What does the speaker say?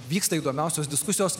vyksta įdomiausios diskusijos